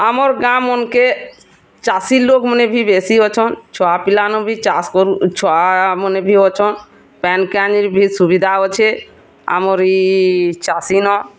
ଆମର୍ ଗାଁ ମନକେ ଚାଷୀ ଲୋକମାନେ ବି ବେଶୀ ଅଛନ୍ ଛୁଆପିଲାନୁ ବି ଚାଷ୍ ଛୁଆମାନେ ବି ଅଛନ୍ ପାଏନ୍ କାଏନ୍ ବି ସୁବିଧା ଅଛେ ଆମର୍ ଇ ଚାଷୀନ